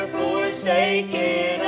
forsaken